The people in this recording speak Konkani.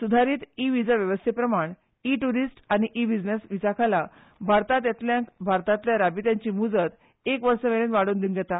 सुधारित ई विझा व्यवस्थे प्रमाण ई टुरिस्ट आनी ई बिझनेस विझाखाला भारतांत येतल्यांक भारतातल्या राबीत्याची मूजत एक वर्समेरेन वाडोवन दिवंक येता